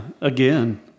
Again